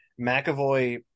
McAvoy